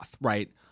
Right